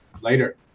Later